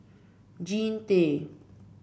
Jean Tay